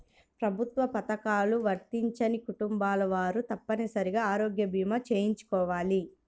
ప్రభుత్వ పథకాలు వర్తించని కుటుంబాల వారు తప్పనిసరిగా ఆరోగ్య భీమా చేయించుకోవాలి